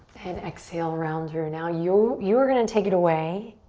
and exhale, round through. now you you are gonna take it away.